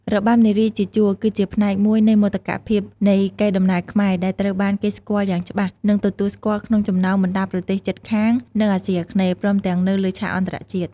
របាំនារីជាជួរគឺជាផ្នែកមួយនៃមោទកភាពនៃកេរដំណែលខ្មែរ ដែលត្រូវបានគេស្គាល់យ៉ាងច្បាស់ និងទទួលស្គាល់ក្នុងចំណោមបណ្ដាប្រទេសជិតខាងនៅអាស៊ីអាគ្នេយ៍ ព្រមទាំងនៅលើឆាកអន្តរជាតិ។